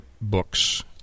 books